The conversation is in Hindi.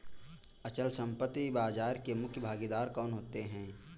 अचल संपत्ति बाजार के मुख्य भागीदार कौन होते हैं?